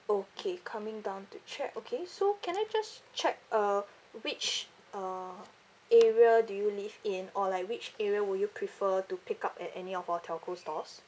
okay coming down to check okay so can I just check uh which uh area do you live in or like which area would you prefer to pick up at any of our telco stores